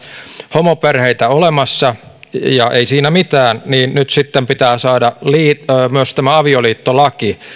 homoperheitä olemassa ei siinä mitään niin nyt sitten pitää saada myös tämä avioliittolaki